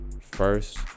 first